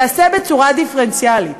תיעשה בצורה דיפרנציאלית.